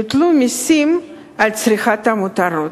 יוטלו מסים על צריכת מותרות?